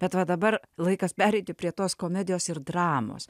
bet va dabar laikas pereiti prie tos komedijos ir dramos